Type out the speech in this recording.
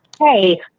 hey